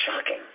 Shocking